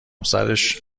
سرش